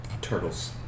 turtles